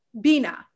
Bina